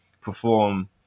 perform